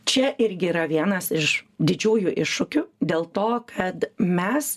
čia irgi yra vienas iš didžiųjų iššūkių dėl to kad mes